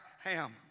Ham